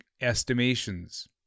estimations